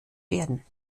werden